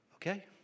Okay